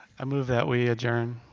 i move that we adjourn